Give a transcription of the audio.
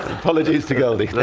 apologies to goldie.